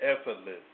effortless